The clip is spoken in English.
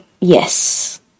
yes